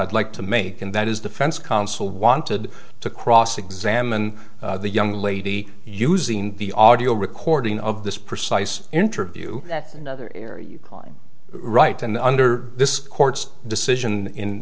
i'd like to make and that is defense counsel wanted to cross examine the young lady using the audio recording of this precise interview that's another area you climb right and under this court's decision in